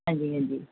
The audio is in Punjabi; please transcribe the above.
ਹਾਂਜੀ ਹਾਂਜੀ